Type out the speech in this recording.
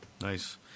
Nice